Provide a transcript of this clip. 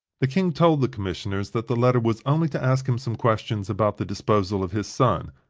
the king told the commissioners that the letter was only to ask him some question about the disposal of his son,